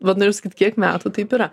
vat norėjau sakyt kiek metų taip yra